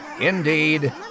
Indeed